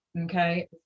Okay